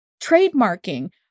trademarking